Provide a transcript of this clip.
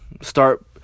Start